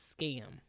Scam